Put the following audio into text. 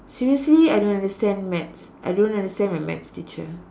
seriously I don't understand maths I don't understand my maths teacher